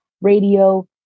radio